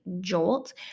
jolt